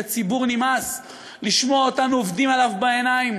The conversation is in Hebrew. לציבור נמאס לשמוע אותנו עובדים עליו בעיניים